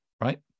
right